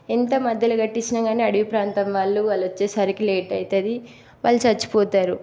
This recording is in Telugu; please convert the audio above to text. ఎంత మధ్యలో కట్టించిన కానీ అడవి ప్రాంతం వాళ్ళు వాళ్ళు వచ్చేసరికి లేట్ అవుతుంది వాళ్ళు చచ్చిపోతారు